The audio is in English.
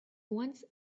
once